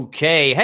Okay